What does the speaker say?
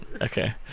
Okay